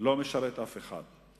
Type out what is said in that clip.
לא משרת אף אחד.